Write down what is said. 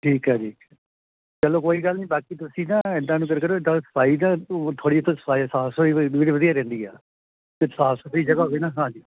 ਠੀਕ ਹੈ ਜੀ ਚਲੋ ਕੋਈ ਗੱਲ ਨਹੀਂ ਬਾਕੀ ਤੁਸੀਂ ਨਾ ਇੱਦਾਂ ਨੂੰ ਕਰਿਆ ਕਰੋ ਜਿੱਦਾਂ ਉਹ ਸਫਾਈ ਨਾ ਧੂੜ ਥੋੜ੍ਹੀ ਜਿਹੀ ਤੁਸੀਂ ਸਫਾਈ ਸਾਫ ਸਫਾਈ ਕਿ ਵਧੀਆ ਰਹਿੰਦੀ ਆ ਅਤੇ ਸਾਫ ਸੁਥਰੀ ਜਗ੍ਹਾ ਹੋਵੇ ਨਾ ਹਾਂਜੀ